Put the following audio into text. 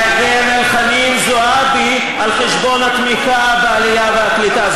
להגן על חנין זועבי על חשבון התמיכה בעלייה והקליטה.